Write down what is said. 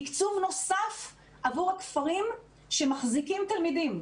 תקצוב נוסף עבור הכפרים שמחזיקים תלמידים.